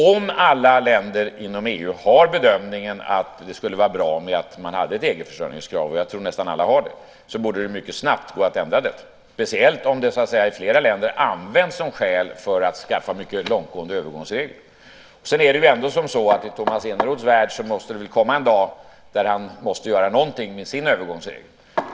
Om alla länder inom EU gör bedömningen att det skulle vara bra med ett försörjningskrav - och jag tror att nästan alla har det kravet - borde det gå mycket snabbt att ändra detta, speciellt om det i flera länder används som skäl för att införa mycket långtgående övergångsregler. I Tomas Eneroths värld kommer det väl en dag när han måste göra någonting med sin övergångsregel.